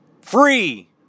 Free